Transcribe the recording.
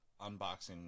unboxing